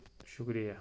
شُکریہ